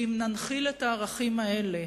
ואם ננחיל את הערכים האלה